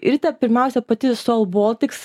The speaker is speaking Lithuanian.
rita pirmiausia pati sol baltics